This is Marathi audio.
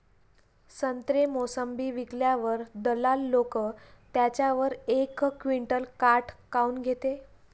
संत्रे, मोसंबी विकल्यावर दलाल लोकं त्याच्यावर एक क्विंटल काट काऊन घेते?